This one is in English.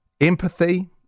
empathy